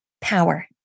power